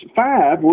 five